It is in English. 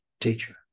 teacher